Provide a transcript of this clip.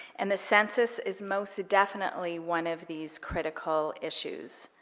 and the census is most definitely one of these critical issues.